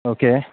okay